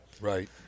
Right